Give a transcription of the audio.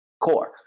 core